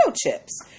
chips